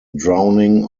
drowning